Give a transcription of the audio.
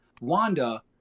Wanda